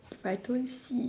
but I don't see it